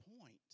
point